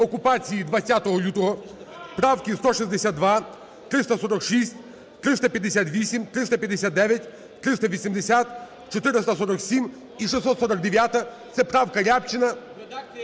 окупації 20 лютого, - правки 162, 346, 358, 359, 380, 447 і 649, це правка Рябчина…